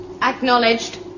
acknowledged